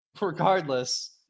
regardless